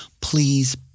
please